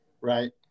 right